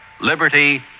Liberty